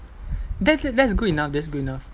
that's it that's good enough that's good enough